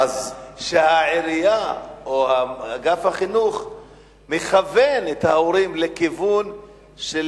שהעירייה או אגף החינוך מכוון את ההורים לכיוון של